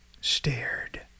stared